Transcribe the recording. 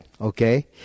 okay